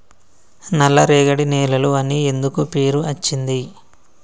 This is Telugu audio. నల్లరేగడి నేలలు అని ఎందుకు పేరు అచ్చింది?